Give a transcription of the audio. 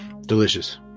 delicious